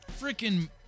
freaking